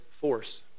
force